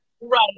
Right